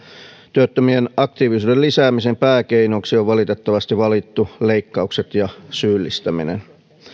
työttömien aktiivisuuden lisäämisen pääkeinoksi on valitettavasti valittu leikkaukset ja syyllistäminen